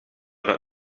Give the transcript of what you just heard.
dat